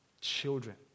children